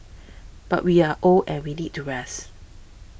but we are old and we need to rest